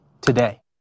today